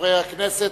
חברי הכנסת,